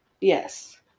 Yes